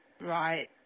Right